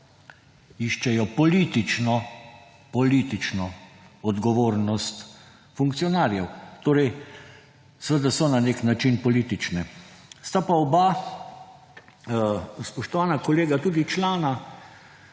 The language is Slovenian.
iščejo politično odgovornost funkcionarjev, torej seveda so na nek način politične. Sta pa oba spoštovana kolega tudi člana